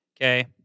okay